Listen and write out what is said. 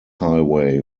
highway